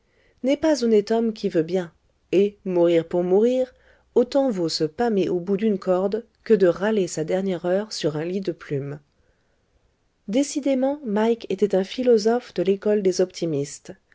n'est pas honnête homme qui veut bien et mourir pour mourir autant vaut se pâmer au bout d'une corde que de râler sa dernière heure sur un lit de plume décidément mike était un philosophe de l'école des optimistes